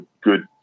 good